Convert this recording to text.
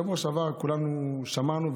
בשבוע שעבר כולנו שמענו,